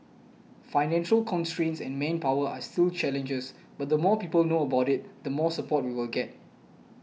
financial constraints and manpower are still challenges but the more people know about it the more support we will get